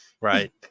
Right